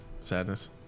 sadness